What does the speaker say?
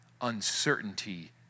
uncertainty